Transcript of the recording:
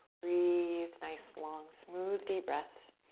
breathe nice, long, smooth, deep breaths.